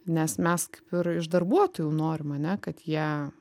nes mes kaip ir iš darbuotojų norim ane kad jie